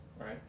right